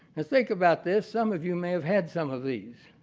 and think about this. some of you may have had some of these.